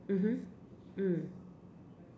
mmhmm mm